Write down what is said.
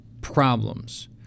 problems